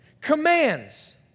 commands